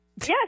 Yes